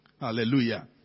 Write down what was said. Hallelujah